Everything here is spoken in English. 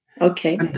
Okay